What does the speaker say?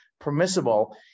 permissible